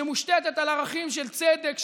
שמושתתת על ערכים של צדק,